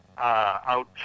out